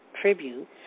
tribute